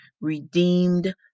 redeemed